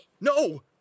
No